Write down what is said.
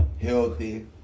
healthy